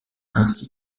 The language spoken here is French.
ainsi